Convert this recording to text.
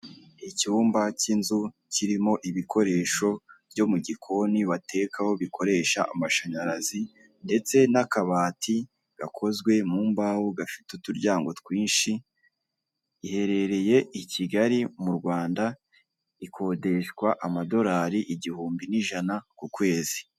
Icyumba cy'inzu kirimo ibikoresho byo mu gikoni batekaho bikoresha amashanyarazi ndetse n'akabati gakozwe mu mbaho gafite uturyango twinshi, iherereye i kigali mu rwanda ikodeshwa amadolari igihumbi n'ijana ku kwezi.